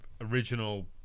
original